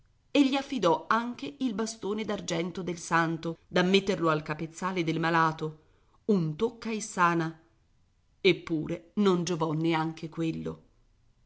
e gli affidò anche il bastone d'argento del santo da metterlo al capezzale del malato un tocca e sana eppure non giovò neanche quello